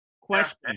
Question